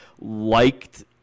liked –